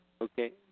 Okay